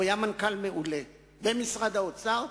והוא היה מנכ"ל מעולה במשרד האוצר,